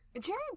Jerry